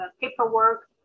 paperwork